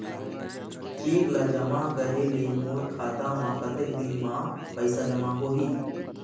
Cheque ला जमा करे ले मोर खाता मा कतक दिन मा पैसा जमा होही?